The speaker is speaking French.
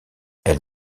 elle